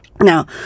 Now